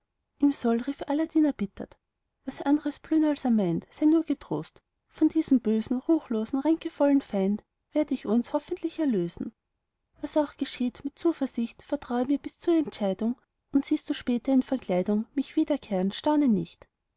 ihm soll rief aladdin erbittert was andres blühen als er meint sei nur getrost von diesem bösen ruchlosen ränkevollen feind werd ich uns hoffentlich erlösen was auch geschieht mit zuversicht vertraue mir bis zur entscheidung und siehst du später in verkleidung mich wiederkehren staune nicht